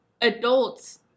adult's